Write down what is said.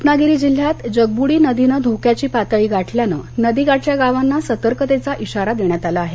रत्नागिरी जिल्ह्यात जगब्डी नदीनं धोक्याची पातळी गाठल्यानं नदीकाठच्या गावांना सतर्कतेचा इशारा देण्यात आला आहे